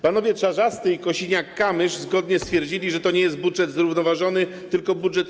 Panowie Czarzasty i Kosiniak-Kamysz zgodnie stwierdzili, że to nie jest budżet zrównoważony, tylko budżet